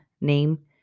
name